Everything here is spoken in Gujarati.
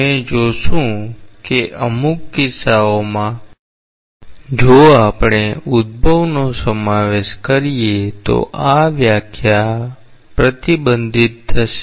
અમે જોશું કે અમુક કિસ્સાઓમાં જો આપણે ઉદ્દભવ નો સમાવેશ કરીએ તો આ વ્યાખ્યા પ્રતિબંધિત થશે